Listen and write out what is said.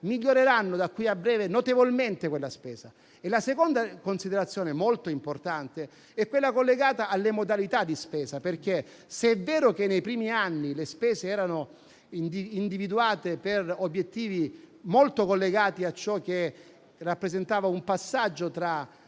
notevolmente da qui a breve quella spesa. La seconda considerazione, molto importante, è collegata alle modalità di spesa. Se è vero che nei primi anni le spese erano individuate per obiettivi molto collegati a ciò che rappresentava un passaggio tra